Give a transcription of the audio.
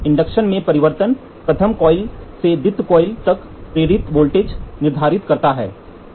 induction में परिवर्तन प्राथमिक कॉइल से द्वितीयक कॉइल तक प्रेरित वोल्टेज निर्धारित करता है